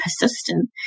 persistent